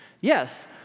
Yes